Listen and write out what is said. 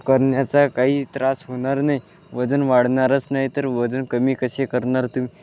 करण्याचा काही त्रास होणार नाही वजन वाढणारच नाही तर वजन कमी कसे करणार तुम्ही